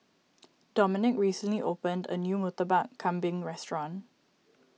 Dominik recently opened a new Murtabak Kambing restaurant